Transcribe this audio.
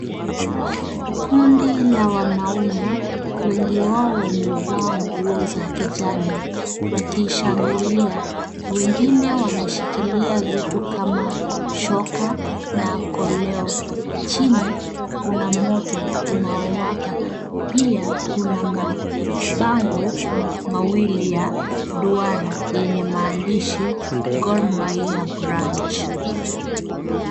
Kundi la wanaume, wengi wao wamevaa nguo za kijani, wakishangilia. Wengine wanashikilia vitu kama shoka na koleo. Chini kuna Moto unaowaka, pia kuna mabango mawili ya duara yenye maandishi "Gormahia Branch ".